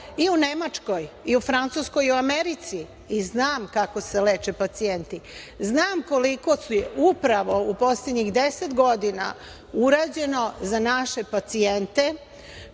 i u Nemačkoj, i u Francuskoj, i u Americi i znam kako se leče pacijenti, znam koliko je upravo u poslednjih 10 godina urađeno za naše pacijente,